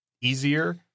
easier